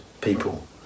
people